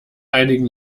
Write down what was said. einigen